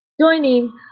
joining